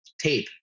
tape